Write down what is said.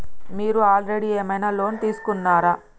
మీరు ఆల్రెడీ ఏమైనా లోన్ తీసుకున్నారా?